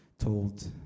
told